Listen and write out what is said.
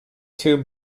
tube